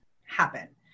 happen